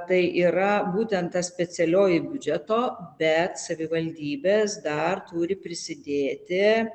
tai yra būtent ta specialioji biudžeto bet savivaldybės dar turi prisidėti